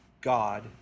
God